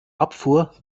abfuhr